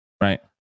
right